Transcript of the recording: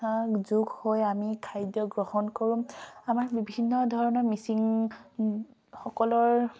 যোগ হৈ আমি খাদ্যগ্ৰহণ কৰোঁ আমাৰ বিভিন্ন ধৰণৰ মিচিংসকলৰ